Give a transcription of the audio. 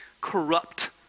corrupt